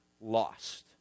lost